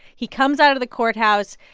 he comes out of the courthouse.